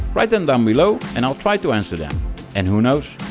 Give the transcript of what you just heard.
write them down below and i'll try to answer them and who knows,